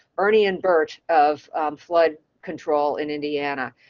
ernie and bert of flood control in indiana.